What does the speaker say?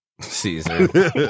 Season